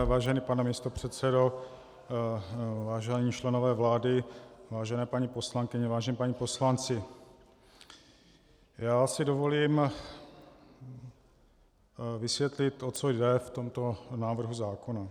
Vážený pane místopředsedo, vážení členové vlády, vážené paní poslankyně, vážení páni poslanci, dovolím si vysvětlit, o co jde v tomto návrhu zákona.